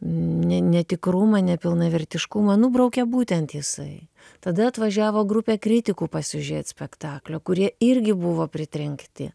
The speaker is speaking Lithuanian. ne netikrumą nepilnavertiškumą nubraukė būtent jisai tada atvažiavo grupė kritikų pasižiūrėt spektaklio kurie irgi buvo pritrenkti